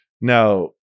Now